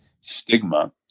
stigma